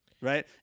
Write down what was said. Right